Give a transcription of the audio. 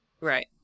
Right